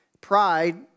Pride